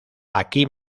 aquí